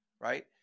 right